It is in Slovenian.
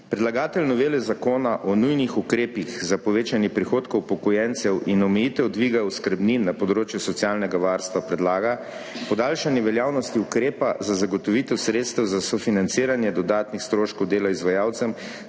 Predlagatelj novele Zakona o nujnih ukrepih za povečanje prihodkov upokojencev in omejitev dviga oskrbnin na področju socialnega varstva predlaga podaljšanje veljavnosti ukrepa za zagotovitev sredstev za sofinanciranje dodatnih stroškov dela izvajalcem